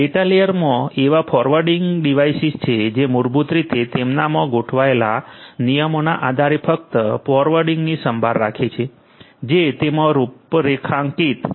data લેયરમાં એવા forwarding devices છે જે મૂળભૂત રીતે તેમનામાં ગોઠવાયેલા નિયમોના આધારે ફક્ત ફોરવર્ડિંગની સંભાળ રાખે છે જે તેમાં રૂપરેખાંકિત છે